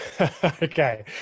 okay